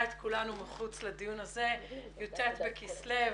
ש-י"ט בכסלו,